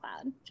Cloud